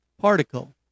particle